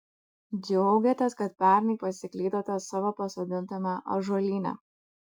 džiaugiatės kad pernai pasiklydote savo pasodintame ąžuolyne